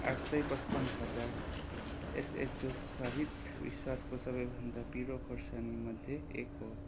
आठ सय पच्पन्न हजार एसएचयुसहित विश्वको सबैभन्दा पिरो खुर्सानीमध्ये एक हो